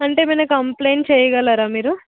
అంటే ఏమైనా కంప్లెయింట్ చెయ్యగలరా మీరు